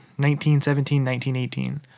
1917-1918